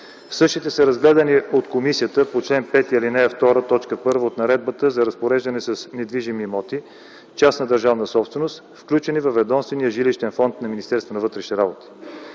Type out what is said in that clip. Същите са разгледани от комисията по чл. 5, ал. 2, т. 1 от Наредбата за разпореждане с недвижими имоти – частна държавна собственост, включени във ведомствения жилищен фонд на